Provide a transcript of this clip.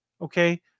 okay